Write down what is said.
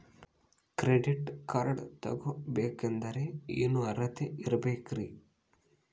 Credit card ತೊಗೋ ಬೇಕಾದರೆ ಏನು ಅರ್ಹತೆ ಇರಬೇಕ್ರಿ?